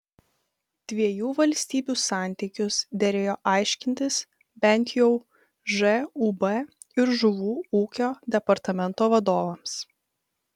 dviejų valstybių santykius derėjo aiškintis bent jau žūb ir žuvų ūkio departamento vadovams